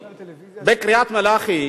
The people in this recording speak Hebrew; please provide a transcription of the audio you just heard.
בקריית-מלאכי,